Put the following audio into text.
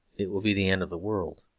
it will be the end of the world.